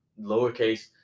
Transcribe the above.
lowercase